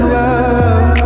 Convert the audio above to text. love